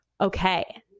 Okay